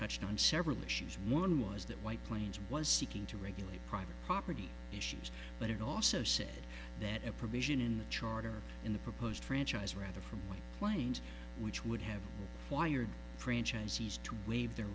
touched on several issues one was that white plains was seeking to regulate private property issues but it also said that a provision in the charter in the proposed franchise rather from planes which would have wired franchisees to waive their